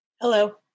Hello